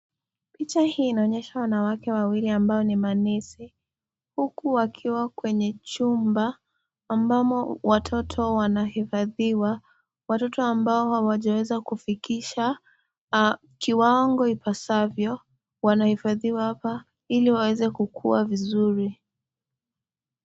Picha hii inaonyesha wanawake wawili ambao ni manesi huku wakiwa kwenye chumba ambamo watoto wanahifadhiwa watoto ambao hawajaweza kufikisha kiwango ipasavyo wanahifadhiwa hapa ili waweze kukua vizuri.